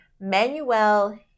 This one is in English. Manuel